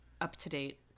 up-to-date